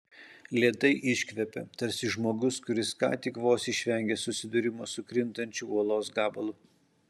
lėtai iškvėpė tarsi žmogus kuris ką tik vos išvengė susidūrimo su krintančiu uolos gabalu